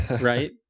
right